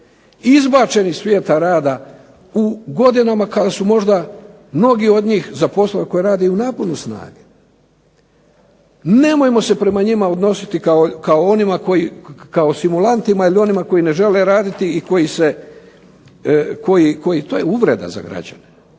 izbačeni iz svijeta rada, u godinama kada su možda mnogi od njih za poslove koje rade u naponu snage. Nemojmo se prema njima odnositi kao prema simulantima ili onima koji ne žele raditi, to je uvreda za građane